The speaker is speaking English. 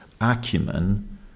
acumen